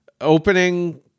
opening